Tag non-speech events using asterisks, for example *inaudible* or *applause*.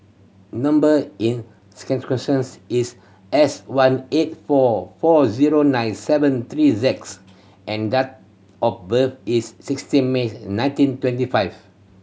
number in *unintelligible* is S one eight four four zero nine seven three Z and date of birth is sixteenth May nineteen twenty five